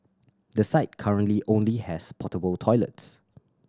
the site currently only has portable toilets